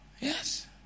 Yes